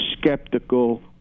skeptical